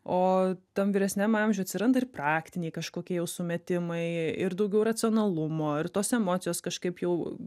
o tam vyresniam amžiuj atsiranda ir praktiniai kažkokie jau sumetimai ir daugiau racionalumo ir tos emocijos kažkaip jau